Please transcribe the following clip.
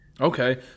Okay